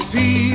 See